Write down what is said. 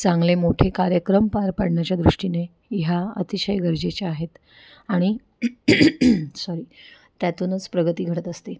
चांगले मोठे कार्यक्रम पार पाडण्याच्या दृष्टीने ह्या अतिशय गरजेच्या आहेत आणि सॉरी त्यातूनच प्रगती घडत असते